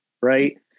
right